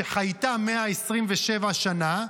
שחייתה 127 שנה,